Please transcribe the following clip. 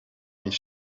his